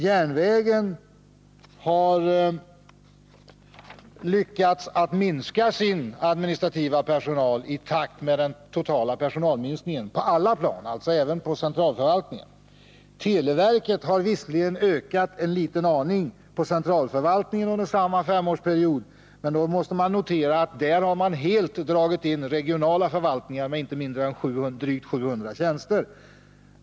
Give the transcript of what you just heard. Järnvägen har lyckats minska sin administrativa personal på alla plan, alltså även på centralförvaltningen, i takt med den totala personalminskningen. Televerket har visserligen ökat en aning på centralförvaltningen under samma femårsperiod, men då måste det noteras att man där helt dragit in regionala förvaltningar med drygt 700 tjänster.